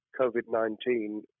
COVID-19